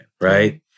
Right